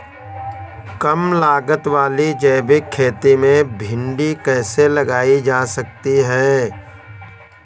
कम लागत वाली जैविक खेती में भिंडी कैसे लगाई जा सकती है?